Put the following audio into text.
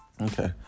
Okay